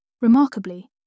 Remarkably